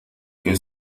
que